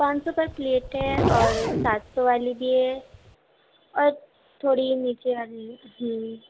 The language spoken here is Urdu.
پانچ سو پر پلیٹ ہے اور سات سو والی بھی ہے اور تھوڑی نیچے والی بھی